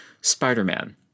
Spider-Man